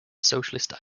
socialist